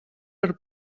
per